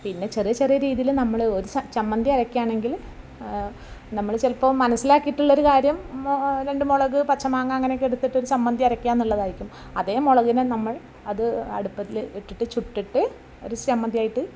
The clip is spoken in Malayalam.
പിന്നെ ചെറിയ ചെറിയ രീതിയില് നമ്മള് ഒരു ച ചമ്മന്തി അരയ്ക്കുകയാണെങ്കിൽ നമ്മള് ചിലപ്പോൾ മനസിലാക്കിയിട്ടുള്ളൊരു കാര്യം മോ രണ്ട് മുളക് പച്ചമാങ്ങ അങ്ങനെയൊക്കെ എടുത്തിട്ട് ഒരു ചമ്മന്തി അരയ്ക്കുക എന്നുള്ളതായിരിക്കും അതെ മുളകിനെ നമ്മൾ അത് അടുപ്പത്തില് ഇട്ടിട്ട് ചുട്ടിട്ട് ഒരു ചമ്മന്തിയായിട്ട്